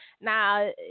Now